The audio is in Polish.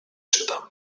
czytam